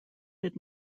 did